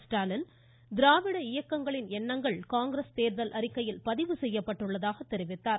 ஸ்டாலின் திராவிட இயக்கங்களின் எண்ணங்கள் காங்கிரஸ் தேர்தல் அறிக்கையில் பதிவு செய்யப்பட்டுள்ளதாக தெரிவித்தார்